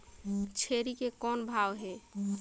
छेरी के कौन भाव हे?